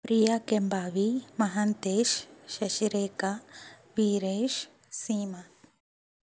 Priya Kembavi Mahantesh Shashirekha Veeresh Seema